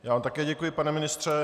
Já vám také děkuji, pane ministře.